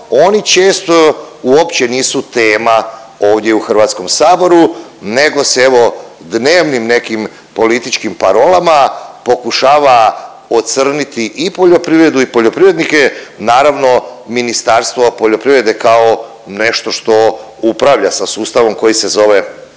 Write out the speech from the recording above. oni često uopće nisu tema ovdje u HS-u nego se, evo, dnevnim nekim političkim parolama pokušava ocrniti i poljoprivredu i poljoprivrednike, naravno, Ministarstvo poljoprivrede kao nešto što upravlja sa sustavom koji se zove